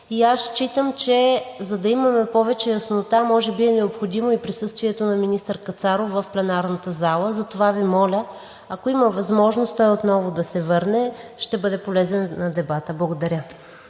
и аз считам, че за да имаме повече яснота, може би е необходимо и присъствието на министър Кацаров в пленарната зала. Затова Ви моля, ако има възможност, той отново да се върне. Ще бъде полезен на дебата. Благодаря.